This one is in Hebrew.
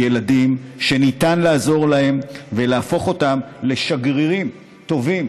לילדים שניתן לעזור להם ולהפוך אותם לשגרירים טובים,